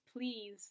please